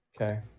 Okay